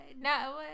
no